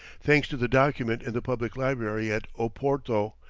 thanks to the document in the public library at oporto,